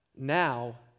Now